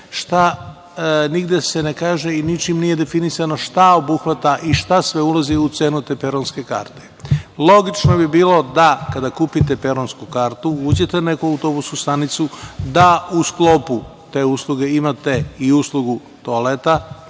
nigde se ne kaže i ničim nije definisano šta obuhvata i šta sve ulazi u cenu te peronske karte. Logično bi bilo da, kada kupite peronsku kartu, uđete u neku autobusku stanicu da u sklopu te usluge imate i uslugu toaleta,